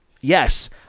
Yes